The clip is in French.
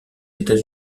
états